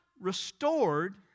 restored